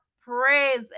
praise